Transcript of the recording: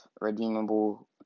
redeemable